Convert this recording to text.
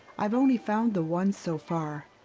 i've only found the one so far.